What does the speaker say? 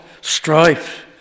strife